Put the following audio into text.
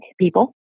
people